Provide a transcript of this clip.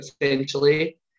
essentially